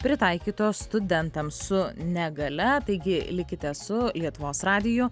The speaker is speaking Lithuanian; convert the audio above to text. pritaikytos studentams su negalia taigi likite su lietuvos radiju